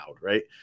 right